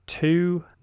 two